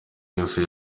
yose